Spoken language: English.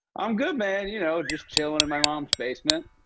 i'm good, man. you know, just chillin' in my mom's basement,